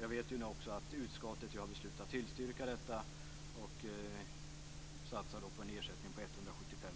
Jag vet nu också att utskottet har beslutat att tillstyrka detta och satsar på en ersättning på 175